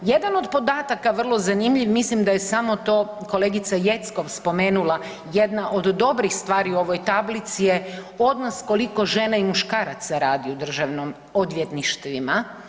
Jedan od podataka vrlo zanimljiv mislim da je samo to kolegica Jeckov spomenula jedna od dobrih stvari u ovoj tablici je odnos koliko žena i muškaraca radi u državnim odvjetništvima.